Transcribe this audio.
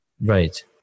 Right